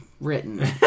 written